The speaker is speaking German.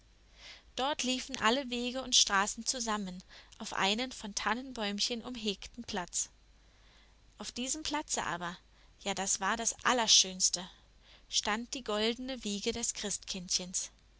dort liefen alle wege und straßen zusammen auf einen von tannenbäumchen umhegten platz auf diesem platze aber ja das war das allerschönste stand die goldene wiege des christkindchens